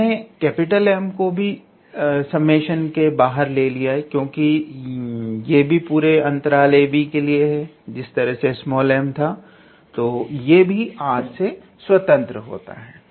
हमने M को भी समेशन से बाहर ले लिया है क्योंकि यह भी r से स्वतंत्र है